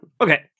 Okay